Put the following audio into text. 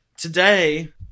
Today